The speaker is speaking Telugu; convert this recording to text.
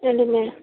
రండి మీరే